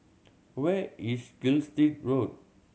where is Gilstead Road